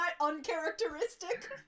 uncharacteristic